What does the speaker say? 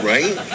Right